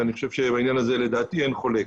ואני חושב שבעניין הזה לדעתי אין חולק.